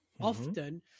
often